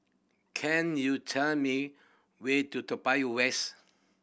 can you tell me way to Toa Payoh West